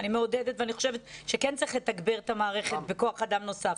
אני מעודדת ואני חושבת שכן צריך לתגבר את המערכת בכוח אדם נוסף.